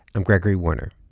i'm gregory warner,